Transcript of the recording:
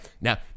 Now